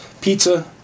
pizza